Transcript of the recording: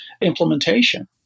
implementation